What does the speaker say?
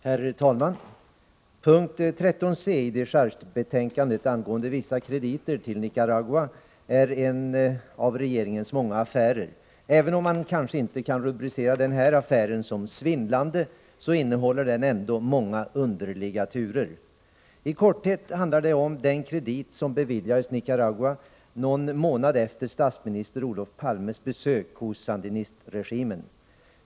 Herr talman! Punkt 13 c i dechargebetänkandet angående vissa krediter till Nicaragua gäller en av regeringens många affärer. Även om man kanske inte kan rubricera denna affär som svindlande, innehåller den ändå många underliga turer. I korthet handlar det om den kredit som beviljades Nicaragua någon månad efter statsminister Olof Palmes besök hos sandinistregimen.